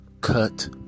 cut